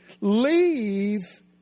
Leave